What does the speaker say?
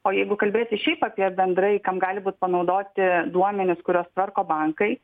o jeigu kalbėti šiaip apie bendrai kam gali būt panaudoti duomenys kuriuos tvarko bankai